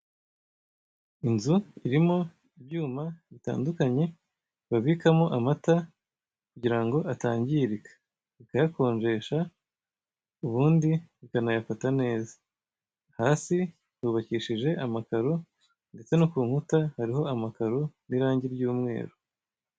Inzu irimo ibyuma bitandukanye babikamo amata kugira ngo atangirika. Bikayakonjesha, ubundi bikanayafata neza. Hasi hubakishije amakaro, ndetse no ku nkuta hariho amakaro n'irangi ry'umweru.